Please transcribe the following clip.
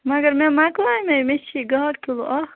مگر مےٚ مۄکلایہِ نہ مےٚ چھُے گاڈٕ کِلوٗ اکھ